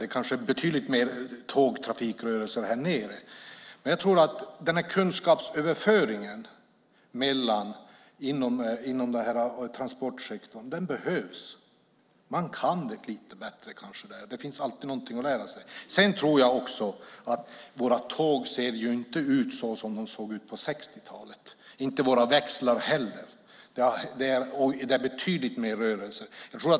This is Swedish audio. Det är betydligt mer tågtrafikrörelser här nere. Men jag tror att kunskapsöverföringen inom transportsektorn behövs. Man kan det kanske lite bättre där. Det finns alltid någonting att lära sig. Våra tåg ser inte ut som de gjorde på 60-talet, inte våra växlar heller, och det är betydligt mer rörelser.